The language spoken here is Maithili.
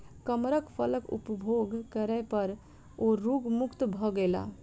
कमरख फलक उपभोग करै पर ओ रोग मुक्त भ गेला